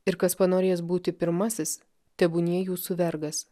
ir kas panorės būti pirmasis tebūnie jūsų vergas